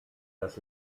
das